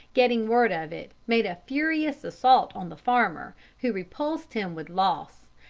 getting word of it, made a furious assault on the former, who repulsed him with loss,